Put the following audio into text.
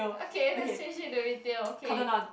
okay lets change it to retail okay